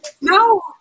No